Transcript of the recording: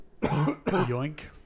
Yoink